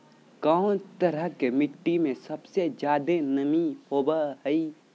कौन तरह के मिट्टी में सबसे जादे नमी होबो हइ?